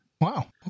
wow